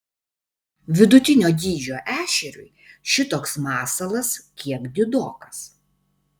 vidutinio dydžio ešeriui šitoks masalas kiek didokas